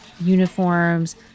uniforms